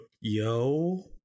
Yo